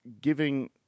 giving